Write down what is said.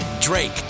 drake